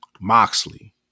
Moxley